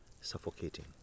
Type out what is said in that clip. suffocating